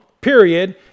period